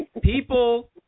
People